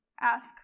ask